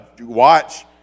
watch